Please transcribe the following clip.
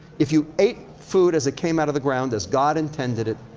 if you ate food as it came out of the ground, as god intended it,